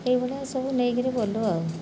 ଏଇଭଳିଆ ସବୁ ନେଇକିରି ଗଲୁ ଆଉ